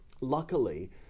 luckily